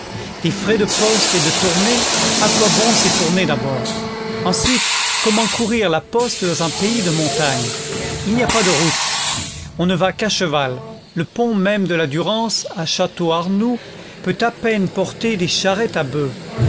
des frais de poste et de tournées à quoi bon ces tournées d'abord ensuite comment courir la poste dans un pays de montagnes il n'y a pas de routes on ne va qu'à cheval le pont même de la durance à château arnoux peut à peine porter des charrettes à boeufs